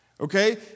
Okay